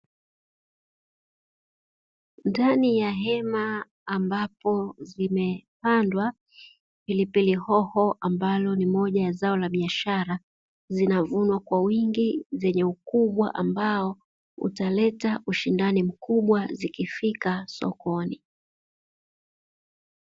Ndani ya hema ambapo zimepandwa pilipili hoho ambalo ni moja ya zao la biashara, zinavunwa kwa wingi zenye ukubwa ambao utaleta ushindani zikifika sokoni.